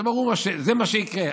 זה ברור, זה מה שיקרה.